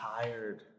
tired